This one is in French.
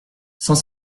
cent